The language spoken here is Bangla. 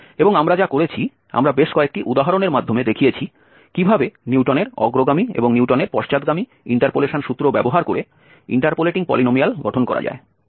এবং আমরা যা করেছি আমরা বেশ কয়েকটি উদাহরণের মাধ্যমে দেখিয়েছি কীভাবে নিউটনের অগ্রগামী এবং নিউটনের পশ্চাৎগামী ইন্টারপোলেশন সূত্র ব্যবহার করে ইন্টারপোলেটিং পলিনোমিয়াল গঠন করা যায়